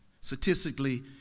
Statistically